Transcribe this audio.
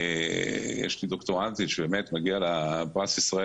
יש לי דוקטורנטית שמגיע לה פרס ישראל